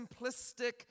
simplistic